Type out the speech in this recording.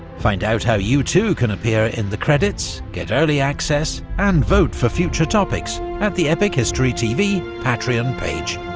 find out how you too can appear in the credits, get early access and vote for future topics, at the epic history tv patreon page.